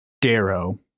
Darrow